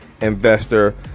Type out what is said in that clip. Investor